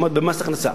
כלומר במס הכנסה.